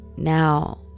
Now